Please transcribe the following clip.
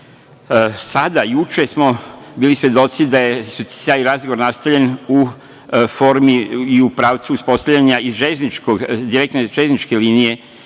juče, smo bili svedoci da je taj razgovor nastavljen u formi i u pravcu uspostavljanja i direktne železničke linije